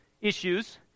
issues